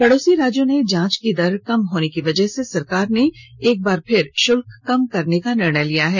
पड़ोसी राज्यों ने जांच की दर कम होने की वजह से सरकार ने एक बार फिर शुल्क कम करने का निर्णय लिया है